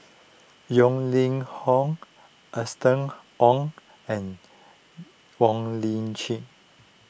Yeo Ning Hong Austen Ong and Wong Lip Chin